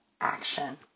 action